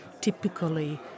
typically